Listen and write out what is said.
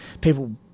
people